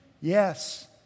Yes